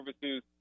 services